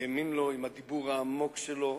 האמין לו עם הדיבור העמוק שלו,